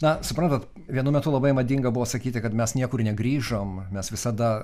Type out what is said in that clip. na suprantat vienu metu labai madinga buvo sakyti kad mes niekur negrįžom mes visada